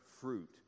fruit